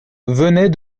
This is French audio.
venait